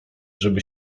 żeby